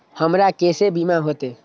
हमरा केसे बीमा होते?